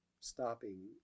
stopping